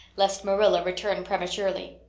lest marilla return prematurely.